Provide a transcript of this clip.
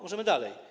Możemy dalej.